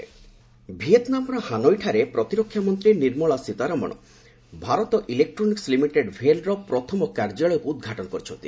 ସୀତାରମଣ ଭିଏତନାମ୍ର ହାନୋଇଠାରେ ପ୍ରତିରକ୍ଷାମନ୍ତ୍ରୀ ନିର୍ମଳା ସୀତାରମଣ ଭାରତ ଇଲେକ୍ଟ୍ରୋନିକ୍ସ ଲିମିଟେଡ୍ ଭେଲ୍ର ପ୍ରଥମ କାର୍ଯ୍ୟାଳୟକୁ ଉଦ୍ଘାଟନ କରିଛନ୍ତି